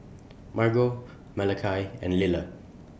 Margot Malachi and Liller